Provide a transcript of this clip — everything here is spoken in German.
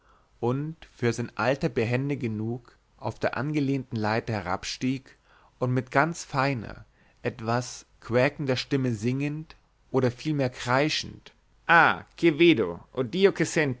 und für sein alter behende genug auf der angelehnten leiter herabstieg und mit ganz feiner etwas quäkender stimme singend oder vielmehr kreischend ah